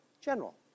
general